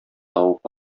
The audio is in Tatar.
табып